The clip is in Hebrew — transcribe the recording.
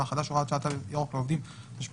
החדש (הוראת שעה) (תו ירוק לעובדים) (תיקון מס' 5),